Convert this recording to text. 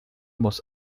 muss